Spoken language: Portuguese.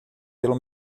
pelo